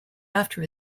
after